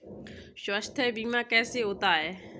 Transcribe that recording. स्वास्थ्य बीमा कैसे होता है?